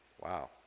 Wow